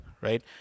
right